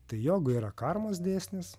tai jogoj yra karmos dėsnis